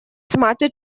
smarter